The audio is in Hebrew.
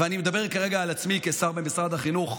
ואני מדבר כרגע על עצמי כשר במשרד החינוך,